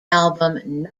album